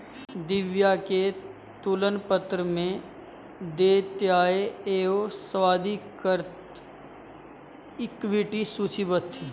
दिव्या के तुलन पत्र में देयताएं एवं स्वाधिकृत इक्विटी सूचीबद्ध थी